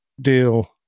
deal